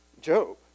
Job